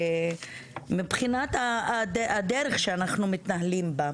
ומבחינת הדרך שאנחנו מתנהלים בה.